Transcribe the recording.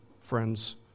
friends